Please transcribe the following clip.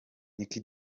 nick